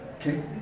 okay